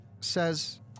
says